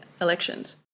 elections